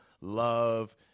love